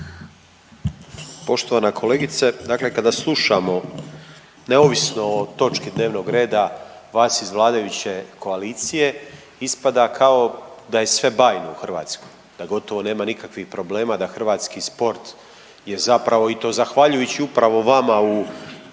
Poštovana kolegice, dakle kada slušamo neovisno o točki dnevnog reda vas iz vladajuće koalicije ispada kao da je sve bajno u Hrvatskoj, da gotovo nema nikakvih problema, da hrvatski sport je zapravo i to zahvaljujući upravo vama u odličnom